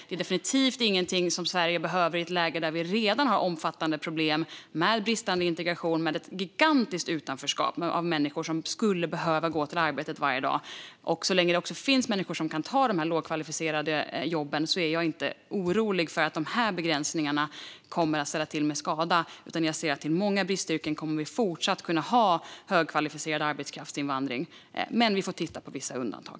Det är definitivt inget som Sverige behöver i ett läge där vi redan har omfattande problem med bristande integration och ett gigantiskt utanförskap för människor som skulle behöva gå till arbetet varje dag. Så länge det finns människor som kan ta de lågkvalificerade jobben är jag inte orolig för att dessa begränsningar kommer att ställa till med skada. Jag ser att vi i fråga om många bristyrken fortsatt kommer att kunna ha invandring av högkvalificerad arbetskraft. Men vi får titta på vissa undantag.